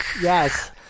Yes